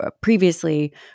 previously